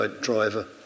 driver